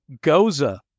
Goza